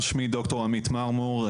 שמי דוקטור עמית מרמור,